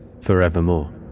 forevermore